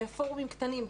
בפורומים קטנים,